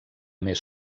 més